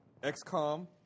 XCOM